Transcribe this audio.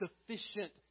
sufficient